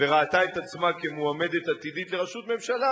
וראתה את עצמה מועמדת עתידית לראשות הממשלה,